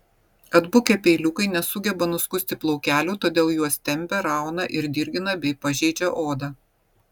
atbukę peiliukai nesugeba nuskusti plaukelių todėl juos tempia rauna ir dirgina bei pažeidžia odą